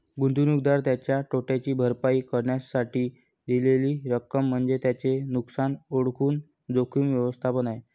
गुंतवणूकदार त्याच्या तोट्याची भरपाई करण्यासाठी दिलेली रक्कम म्हणजे त्याचे नुकसान ओळखून जोखीम व्यवस्थापन आहे